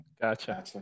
Gotcha